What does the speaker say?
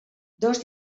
dos